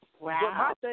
Wow